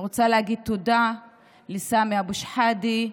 אני רוצה להגיד תודה לסמי אבו שחאדה,